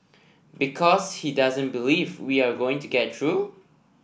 because he doesn't believe we are going to get through